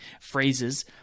phrases